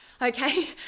Okay